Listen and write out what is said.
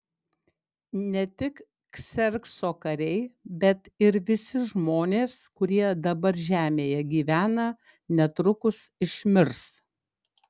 ne tik kserkso kariai bet ir visi žmonės kurie dabar žemėje gyvena netrukus išmirs